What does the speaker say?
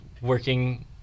working